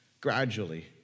gradually